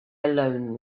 alone